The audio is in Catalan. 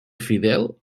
fidel